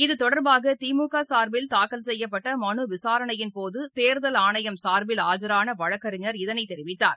இது தொடர்பாகதிமுகசார்பில் தாக்கல் செய்யப்பட்டமனுவிசாரணையின்போது தேர்தல் ஆணையம் சார்பில் ஆஜரானவழக்கறிஞர் இதனைதெரிவித்தார்